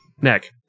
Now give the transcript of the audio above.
neck